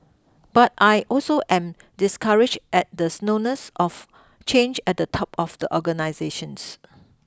but I also am discouraged at the slowness of change at the top of the organisations